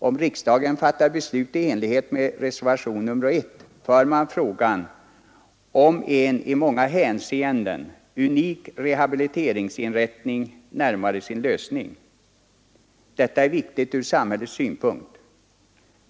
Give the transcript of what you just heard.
Om riksdagen fattar beslut i enlighet med reservationen 1 för man frågan om en i många hänseenden unik rehabiliteringsinrättning närmare sin lösning. Detta är viktigt från samhällets synpunkt.